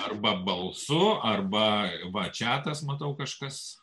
arba balsu arba va čatas matau kažkas